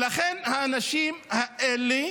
ולכן האנשים האלה